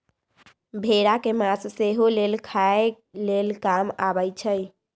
भेड़ा के मास सेहो लेल खाय लेल काम अबइ छै